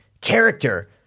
character